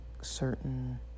certain